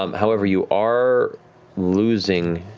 um however, you are losing